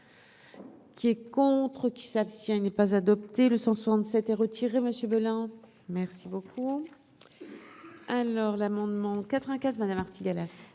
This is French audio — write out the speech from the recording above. Qui est contre qui s'abstient, il n'est pas adopté le 167 est retiré Monsieur Béland. Merci beaucoup, alors l'amendement 95, madame Artigalas.